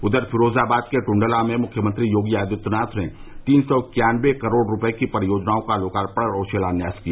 उधर फिरोजाबाद के टुंडला में मुख्यमंत्री योगी आदित्यनाथ ने तीन सौ इक्यान्नवे करोड़ रूपये की परियोजनाओं का लोकार्पण और शिलान्यास किया